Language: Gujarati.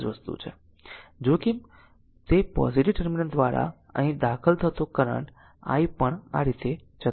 જુઓ કે તે પોઝીટીવ ટર્મિનલ દ્વારા અહીં દાખલ થતો કરંટ i પણ આ રીતે જતો રહે છે